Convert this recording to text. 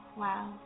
wow